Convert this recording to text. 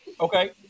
okay